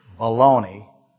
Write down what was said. baloney